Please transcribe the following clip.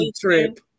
trip